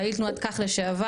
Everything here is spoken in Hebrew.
פעיל תנועת כך לשעבר,